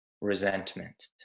resentment